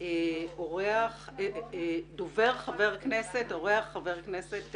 אורח וחבר כנסת.